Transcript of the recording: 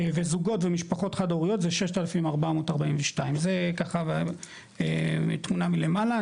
וזוגות ומשפחות חד-הוריות זה 6,442 זה ככה תמונה מלמעלה,